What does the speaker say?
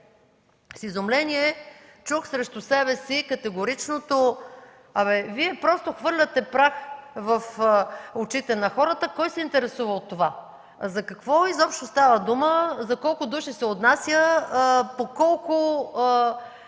С изумление чух срещу себе си категоричното: „Вие просто хвърляте прах в очите на хората. Кой се интересува от това? За какво изобщо става дума? За колко души се отнася, по колко,